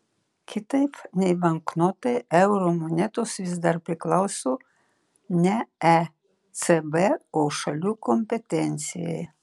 kitaip nei banknotai eurų monetos vis dar priklauso ne ecb o šalių kompetencijai